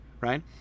right